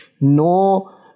No